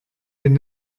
den